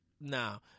now